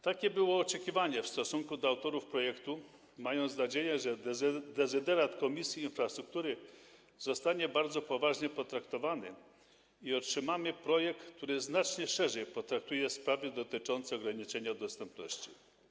Takie było oczekiwanie w stosunku do autorów projektu, mieliśmy nadzieję, że dezyderat Komisji Infrastruktury zostanie bardzo poważnie potraktowany i otrzymamy projekt, który znacznie szerzej potraktuje sprawy dotyczące ograniczenia dostępności.